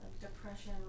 depression